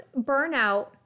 burnout